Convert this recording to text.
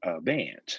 band